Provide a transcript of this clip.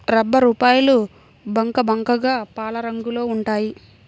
రబ్బరుపాలు బంకబంకగా పాలరంగులో ఉంటాయి